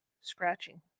scratching